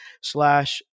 slash